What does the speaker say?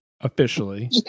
officially